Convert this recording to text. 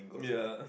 yeah